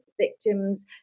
victims